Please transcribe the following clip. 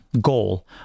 goal